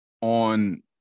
on